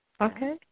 Okay